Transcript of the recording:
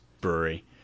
brewery